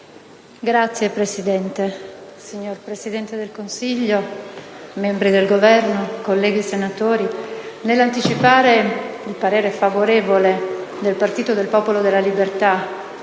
Signor Presidente, signor Presidente del Consiglio, membri del Governo, colleghi senatori, nell'anticipare il voto favorevole del Gruppo del Popolo della Libertà